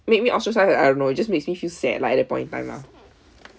make me ostracize I don't know it just makes me feel sad like that point in time lah